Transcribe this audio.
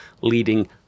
leading